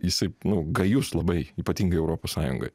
jisai nu gajus labai ypatingai europos sąjungai